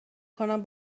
کنم